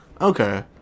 Okay